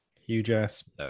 huge-ass